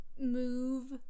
move